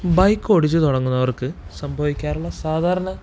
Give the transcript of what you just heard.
ബൈക്കോടിച്ചു തുടങ്ങുന്നവര്ക്ക് സംഭവിക്കാറുള്ള സാധാരണ